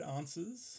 answers